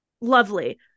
Lovely